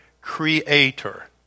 creator